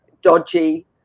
dodgy